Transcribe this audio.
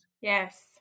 Yes